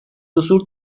duzu